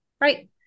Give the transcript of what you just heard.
right